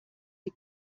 sie